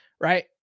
right